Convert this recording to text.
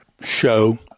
show